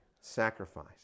sacrifice